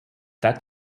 that